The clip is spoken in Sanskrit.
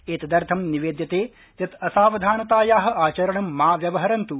एतदर्थं निवेद्यते यत् असावधानताया आचरणं मा व्यवहरन्त्